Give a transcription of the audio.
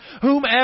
whomever